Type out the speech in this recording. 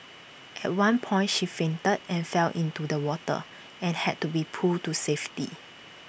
at one point she fainted and fell into the water and had to be pulled to safety